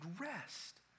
rest